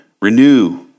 renew